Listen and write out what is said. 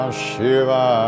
Shiva